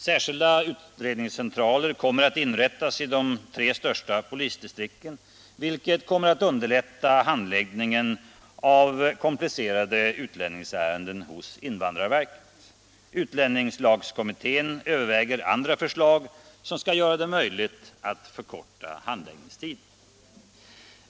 Särskilda utredningscentraler kommer att inrättas i de tre största polisdistrikten, vilket kommer att underlätta handläggningen av komplicerade utlänningsärenden hos invandrarverket. Utlänningslagkommittén överväger andra förslag som skall göra det möjligt att förkorta handläggningstiden.